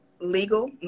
legal